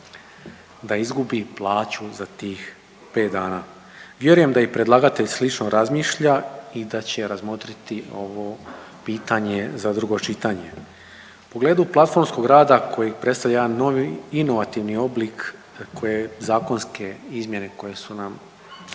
da izgubi plaću za tih 5 dana. Vjerujem da i predlagatelj slično razmišlja i da će razmotriti ovo pitanje za drugo čitanje. U pogledu platformskog rada koji predstavlja jedan novi inovativni oblik koje zakonske izmjene koje su nam predložene